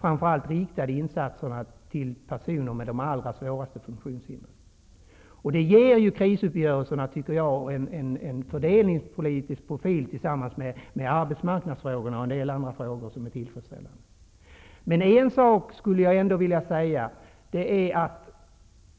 Framför allt skall insatserna riktas till dem som har de allra svåraste funktionshindren. Detta och t.ex. åtgärderna på arbetsmarknadspolitikens område ger krisuppgörelserna en fördelningspolitisk profil. Det får